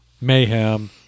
Mayhem